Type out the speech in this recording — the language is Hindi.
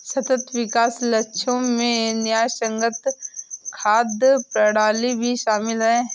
सतत विकास लक्ष्यों में न्यायसंगत खाद्य प्रणाली भी शामिल है